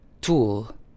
tool